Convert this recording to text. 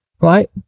Right